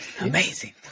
Amazing